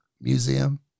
museum